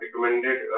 recommended